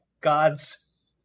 gods